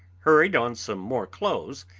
hurried on some more clothes,